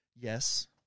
Yes